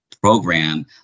program